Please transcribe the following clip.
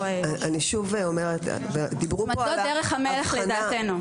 לדעתנו זו דרך המלך.